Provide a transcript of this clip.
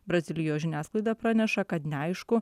brazilijos žiniasklaida praneša kad neaišku